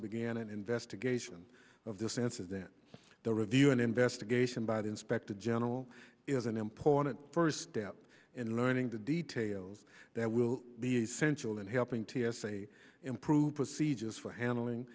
began an investigation of this incident the review an investigation by the inspector general is an important first step in learning the details that will be essential in helping t s a improve procedures for handling